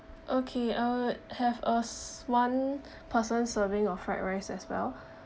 okay uh have a one person serving of fried rice as well